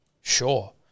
Sure